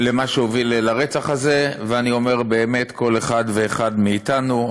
למה שהוביל לרצח הזה, ואני אומר: באמת כל אחד ואחד מאיתנו.